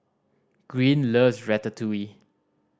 Green loves Ratatouille